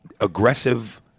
aggressive